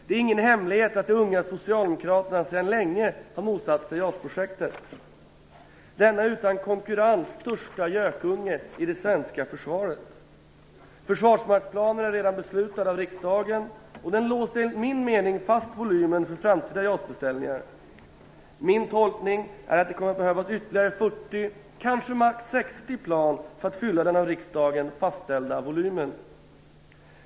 Det är ingen hemlighet att de unga socialdemokraterna sedan länge har motsatt sig JAS projektet, den utan konkurrens största gökungen i det svenska försvaret. Försvarsmaktsplanen är redan beslutad av riksdagen, och den låser enligt min mening fast volymen för framtida JAS-beställningar. Min tolkning är att det kommer att behövas ytterligare 40 eller kanske maximalt 60 plan för att fylla den av riksdagen fastställda volymen.